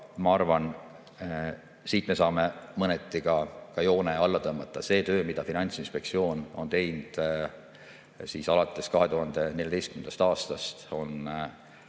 Ma arvan, et siit me saame mõneti ka joone alla tõmmata. See töö, mida Finantsinspektsioon on teinud alates 2014. aastast, on